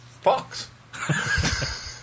fox